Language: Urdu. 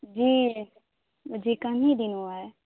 جی مجھے کم ہی دن ہوا ہے